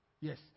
Yes